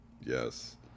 yes